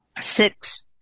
Six